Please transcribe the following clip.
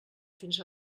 fins